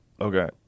okay